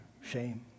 shame